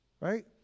Right